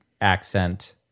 accent